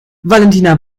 valentina